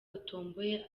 utomboye